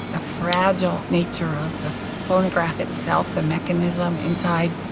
fragile nature of the phonograph itself, the mechanism inside,